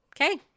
Okay